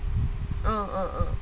err err err